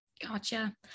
Gotcha